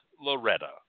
Loretta